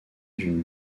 d’une